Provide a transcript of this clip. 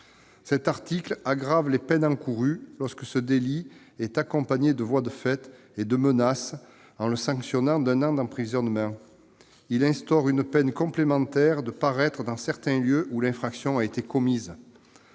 Cet article aggrave les peines encourues lorsque ce délit est accompagné de voies de fait et de menaces, en le sanctionnant d'un an d'emprisonnement. Il instaure une peine complémentaire d'interdiction de paraître dans certains lieux où l'infraction a été commise.